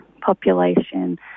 population